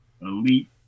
elite